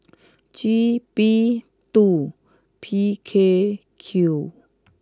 G B two P K Q